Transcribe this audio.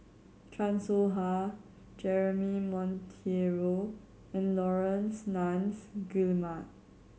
Chan Soh Ha Jeremy Monteiro and Laurence Nunns Guillemard